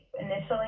initially